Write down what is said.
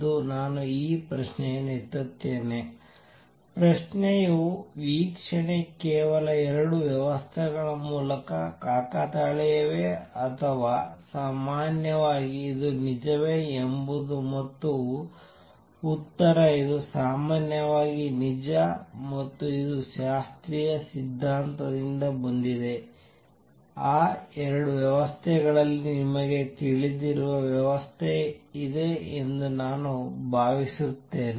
ಎಂದು ನಾನು ಈ ಪ್ರಶ್ನೆಯನ್ನು ಎತ್ತುತ್ತೇನೆ ಪ್ರಶ್ನೆಯೂ ವೀಕ್ಷಣೆ ಕೇವಲ 2 ವ್ಯವಸ್ಥೆಗಳ ಮೂಲಕ ಕಾಕತಾಳೀಯವೇ ಅಥವಾ ಸಾಮಾನ್ಯವಾಗಿ ಇದು ನಿಜವೇ ಎಂಬುದು ಮತ್ತು ಉತ್ತರ ಇದು ಸಾಮಾನ್ಯವಾಗಿ ನಿಜ ಮತ್ತು ಇದು ಶಾಸ್ತ್ರೀಯ ಸಿದ್ಧಾಂತದಿಂದ ಬಂದಿದೆ ಅ 2 ವ್ಯವಸ್ಥೆಗಳಲ್ಲಿ ನಿಮಗೆ ತಿಳಿದಿರುವ ವ್ಯವಸ್ಥೆ ಇದೆ ಎಂದು ನಾನು ಭಾವಿಸುತ್ತೇನೆ